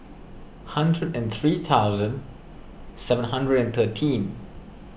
hundred and three thousand seven hundred and thirteen